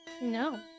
No